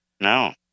no